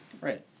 Right